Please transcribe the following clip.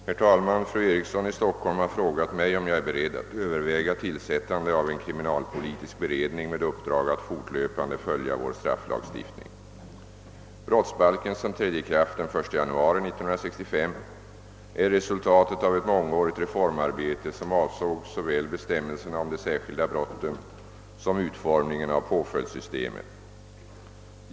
Herr talman! Fru Eriksson i Stockholm har frågat mig, om jag är beredd att överväga tillsättande av en kriminalpolitisk beredning med uppdrag att fortlöpande följa vår strafflagstiftning. Brottsbalken, som trädde i kraft den 1 januari 1965, är resultatet av ett mångårigt reformarbete, som avsåg såväl bestämmelserna om de särskilda brotten som utformningen av påföljdssystemet.